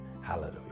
Hallelujah